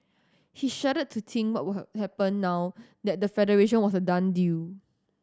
he shuddered to think what were happen now that the federation was a done deal